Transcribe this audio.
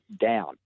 down